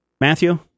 Matthew